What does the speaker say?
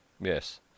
yes